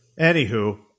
Anywho